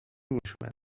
englishman